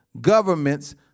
governments